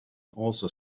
also